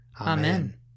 Amen